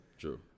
True